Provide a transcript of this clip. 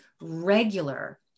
regular